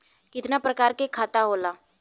कितना प्रकार के खाता होला?